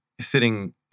sitting